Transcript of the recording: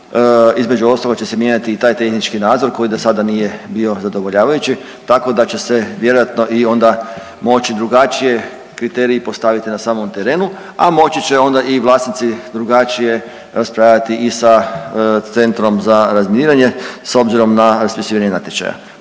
između ostalog će se mijenjati i taj tehnički nadzor koji do sada nije bio zadovoljavajući tako da će se vjerojatno i onda moći drugačije kriteriji postaviti na samom terenu, a moći će onda i vlasnici drugačije raspravljati i sa Centrom za razminiranje s obzirom na raspisivanje natječaja.